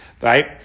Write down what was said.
Right